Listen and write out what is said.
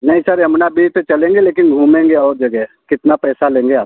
नहीं sir Yamuna bridge तक चलेंगे लेकिन घूमेंगे और जगह कितना पैसा लेंगे आप